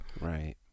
Right